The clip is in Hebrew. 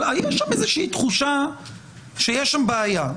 אבל היה שם איזושהי תחושה שיש שם בעיה,